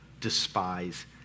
despise